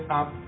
up